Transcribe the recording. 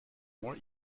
more